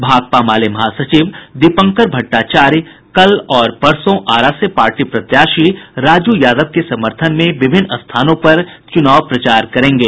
भाकपा माले महासचिव दीपंकर भट्टाचार्य कल और परसों आरा से पार्टी प्रत्याशी राजू यादव के समर्थन में विभिन्न स्थानों पर चुनाव प्रचार करेंगे